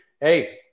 hey